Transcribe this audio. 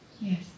Yes